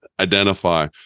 identify